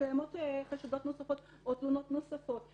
שקיימים חשדות נוספים או תלונות נוספות.